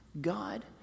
God